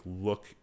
look